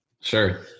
sure